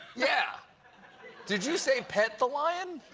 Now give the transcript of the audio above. yeah did you say pet the lion?